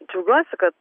džiaugiuosi kad